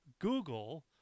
Google